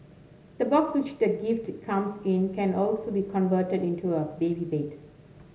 the box which the gift to comes in can also be converted into a baby bed